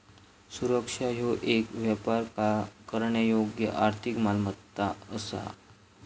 सुरक्षा ह्यो येक व्यापार करण्यायोग्य आर्थिक मालमत्ता असा